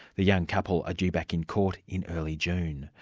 the young couple are due back in court in early june